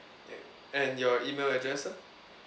okay and your email address sir